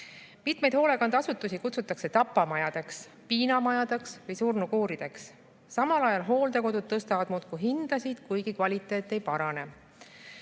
Mitmeid hoolekandeasutusi kutsutakse tapamajadeks, piinamajadeks või surnukuurideks. Samal ajal hooldekodud tõstavad muudkui hinda, kuigi kvaliteet ei